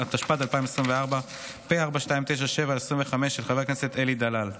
התשפ"ד 2024, פ/4297/25, של חבר הכנסת אלי דלל.